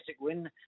win